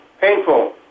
painful